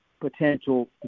potential